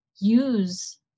use